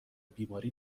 بیماری